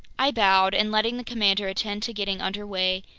i bowed, and letting the commander attend to getting under way,